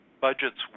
budgets